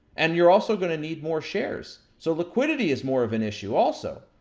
and you're also gonna need more shares. so liquidity is more of an issue, also,